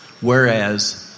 Whereas